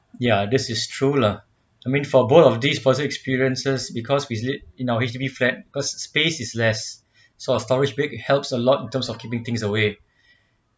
ya this is true lah I mean for both of these positive experiences because we sleep in our H_D_B flat cause space is less sort of storage bed helps a lot in terms of keeping things away